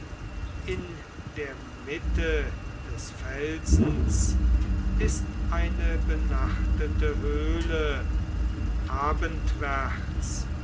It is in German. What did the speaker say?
in der mitte des felsens ist eine benachtete höhle